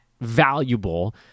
valuable